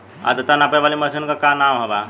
आद्रता नापे वाली मशीन क का नाव बा?